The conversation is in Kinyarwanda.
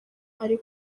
ari